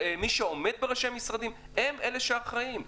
מי שעומד בראשי המשרדים הם אלה שאחראים.